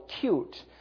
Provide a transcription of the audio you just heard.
cute